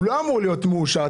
הוא לא אמור להיות מאושר.